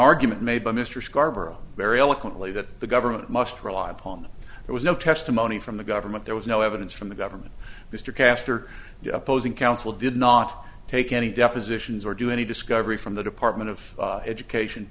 argument made by mr scarboro very eloquently that the government must rely upon there was no testimony from the government there was no evidence from the government mr caster opposing counsel did not take any depositions or do any discovery from the department of education